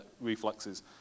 reflexes